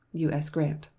u s. grant.